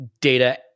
data